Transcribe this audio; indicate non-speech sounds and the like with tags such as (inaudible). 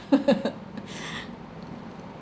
(laughs)